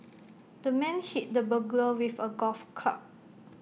the man hit the burglar with A golf club